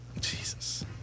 Jesus